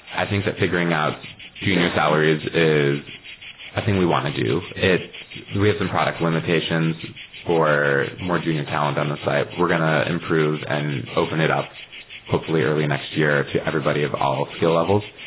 i think that fi guring out junior salaries is a thing we want to do. we we have some product limitations for more junior talent on the site. we're going to improve and open it up hopefully early next year to everybody of all skill levels.